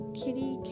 kitty